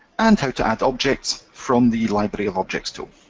and how to add objects from the library of objects tool.